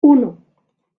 uno